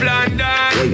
London